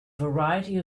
variety